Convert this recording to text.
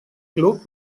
club